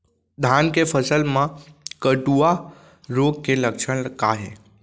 धान के फसल मा कटुआ रोग के लक्षण का हे?